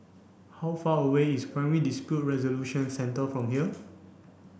how far away is Primary Dispute Resolution Centre from here